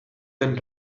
and